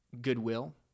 goodwill